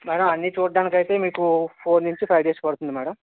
madam అన్ని చూడ్డానికి అయితే మీకు ఫోర్ నుంచి ఫైవ్ డేస్ పడుతుంది మ్యాడం